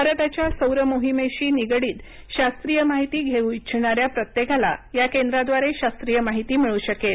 भारताच्या सौर मोहिमेशी निगडीत शास्त्रीय माहिती घेऊ इच्छिणाऱ्या प्रत्येकाला या केंद्राद्वारे शास्त्रीय माहिती मिळू शकेल